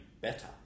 better